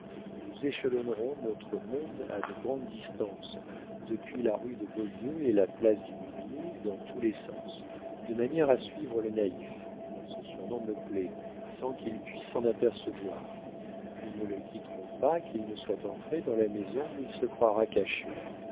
nous échelonnerons notre monde à de grandes distances depuis la rue de beaulieu et la place du mûrier dans tous les sens de manière à suivre le naïf ce surnom me plaît sans qu'il puisse s'en apercevoir nous ne le quitterons pas qu'il ne soit entré dans la maison où il se croira caché